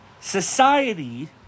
Society